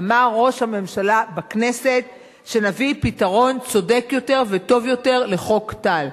אמר ראש הממשלה בכנסת שנביא פתרון צודק יותר וטוב יותר לעניין חוק טל.